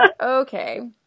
okay